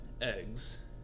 eggs